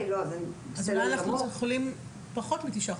אולי אנחנו יכולים שזה יהיה פחות מתשעה